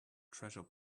treasure